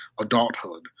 adulthood